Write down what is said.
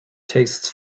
tastes